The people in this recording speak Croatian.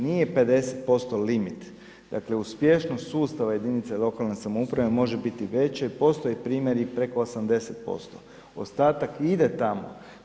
Nije 50% limit, dakle uspješnost sustava jedinice lokalne samouprave može biti veće i postoje primjeri preko 80%, ostatak i ide tamo.